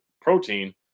protein